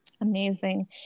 Amazing